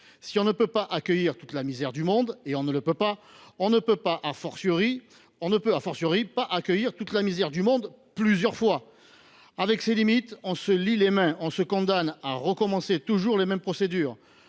Si on ne peut pas accueillir toute la misère du monde, et on ne le peut pas, on ne peut pas accueillir toute la misère du monde plusieurs fois ! Avec ces limites, nous nous lions les mains, et nous nous condamnons à recommencer toujours les mêmes procédures.